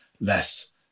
less